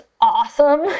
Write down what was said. awesome